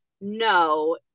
no